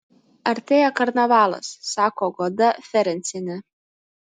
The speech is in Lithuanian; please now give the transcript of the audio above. artėja karnavalas sako goda ferencienė